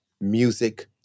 music